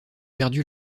perdu